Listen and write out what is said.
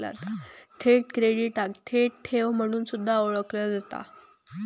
थेट क्रेडिटाक थेट ठेव म्हणून सुद्धा ओळखला जाता